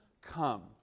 come